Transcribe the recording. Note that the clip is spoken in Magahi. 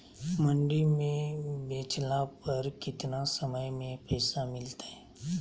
मंडी में बेचला पर कितना समय में पैसा मिलतैय?